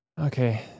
Okay